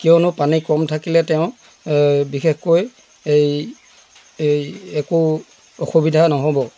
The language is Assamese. কিয়নো পানী কম থাকিলে তেওঁ বিশেষকৈ এই এই একো অসুবিধা নহ'ব